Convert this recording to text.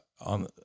on